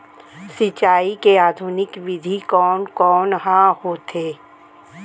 सिंचाई के आधुनिक विधि कोन कोन ह होथे?